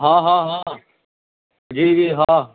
ہاں ہاں ہاں جی جی ہاں